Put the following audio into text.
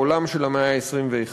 בעולם של המאה ה-21.